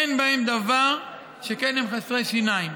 אין בהם דבר, שכן הם חסרי שיניים.